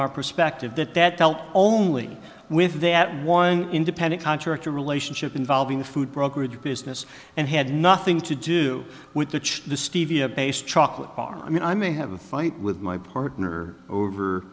our perspective that that dealt only with that one independent contractor relationship involving food brokerage business and had nothing to do with the church the stevia based chocolate bar i mean i may have a fight with my partner over